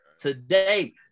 today